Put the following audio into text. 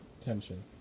tension